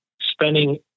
spending